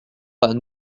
pas